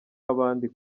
w’abandi